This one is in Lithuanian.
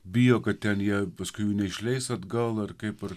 bijo kad ten jie paskui jų neišleis atgal ir kaip